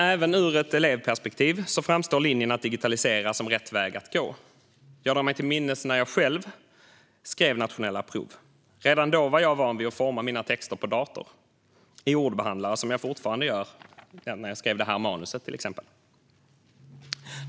Även ur ett elevperspektiv framstår linjen att digitalisera som rätt väg att gå. Jag drar mig till minnes när jag själv skrev nationella prov. Redan då var jag van vid att forma mina texter på dator, i ordbehandlare - vilket jag fortfarande gör, till exempel när jag skrev manuset till denna debatt.